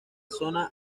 zona